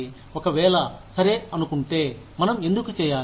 ఒకవేళ సరే అనుకుంటే మనం ఎందుకు చేయాలి